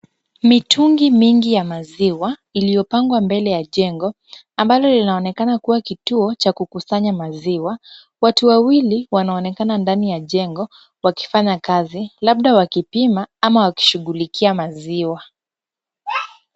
Mitungi mingi ya maziwa iliyopangwa mbele ya jengo ambalo linaonekana kua kituo cha kukusanya maziwa. Watu wawili wanaonekana ndani ya jengo, wakifanya kazi labda wakipima ama wakishughulikia maziwa.